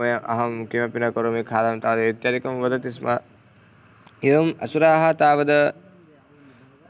वयम् अहं किमपि न करोमि खादामि तावदेव इत्यादिकं वदति स्म एवम् असुराः तावद्